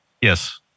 Yes